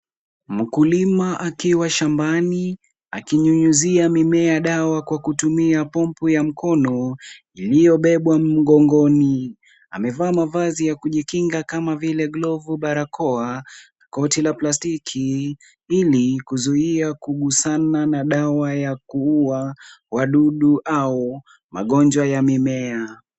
Mkulima akiwa shambani, akinyunyuzia mimea dawa kwa kutumia pompu ya mkono, iliyobebwa mgongoni, amevaa mavazi ya kujikinga kama vile glovu barakoa, koti la plastiki, ili kuzuia kugusana na dawa ya kuua, wadudu au magonjwa ya mimea.